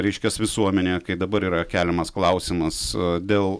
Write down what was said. reiškias visuomenėje kaip dabar yra keliamas klausimas dėl